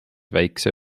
väikse